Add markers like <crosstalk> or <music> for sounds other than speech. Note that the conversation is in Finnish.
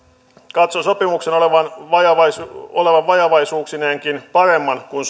katson sopimuksen olevan vajavaisuuksineenkin olevan vajavaisuuksineenkin parempi kuin <unintelligible>